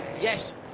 Yes